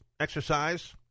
exercise